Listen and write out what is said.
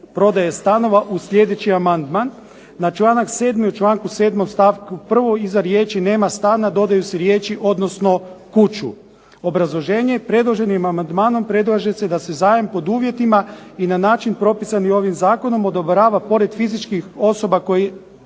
prodaje stanova uz sljedeći amandman. Na članak 7. u članku 7. stavku 1. iza riječi: "Nema stana" dodaju se riječi "odnosno kuću". Obrazloženje. Predloženim amandmanom predlaže se da se zajam pod uvjetima i na način propisanim ovim zakonom odobrava pored fizičkih osoba koji